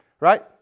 right